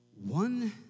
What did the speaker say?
one